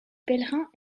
pèlerins